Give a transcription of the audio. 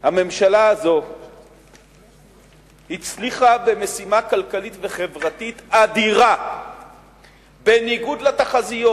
הממשלה הזו הצליחה במשימה כלכלית וחברתית אדירה בניגוד לתחזיות